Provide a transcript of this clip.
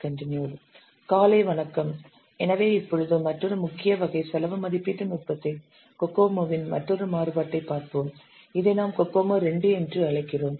காலை வணக்கம் எனவே இப்பொழுது மற்றொரு முக்கியமான வகை செலவு மதிப்பீட்டு நுட்பத்தை கோகோமோவின் மற்றொரு மாறுபாட்டைப் பார்ப்போம் இதை நாம் கோகோமோ II என்று அழைக்கிறோம்